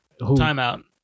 Timeout